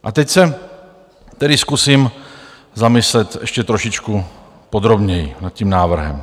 A teď se tedy zkusím zamyslet ještě trošičku podrobněji nad tím návrhem.